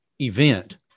event